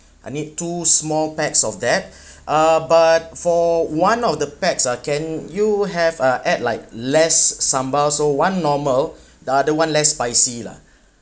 I need two small packs of that uh but for one of the packs ah can you have a add like less sambal so one normal the other one less spicy lah